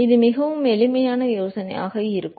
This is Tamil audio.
இது மிகவும் எளிமையான யோசனையாக இருக்கும்